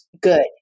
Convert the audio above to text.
good